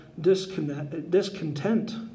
discontent